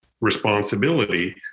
responsibility